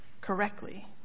correctly